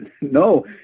No